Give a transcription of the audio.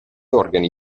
organi